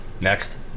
Next